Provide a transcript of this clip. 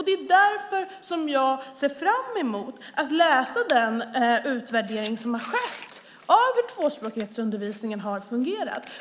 Det är därför som jag ser fram emot att läsa den utvärdering som har skett av hur tvåspråkighetsundervisningen har fungerat.